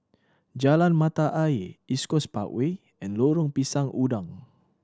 Jalan Mata Ayer East Coast Parkway and Lorong Pisang Udang